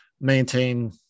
maintain